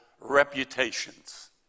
reputations